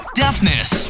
deafness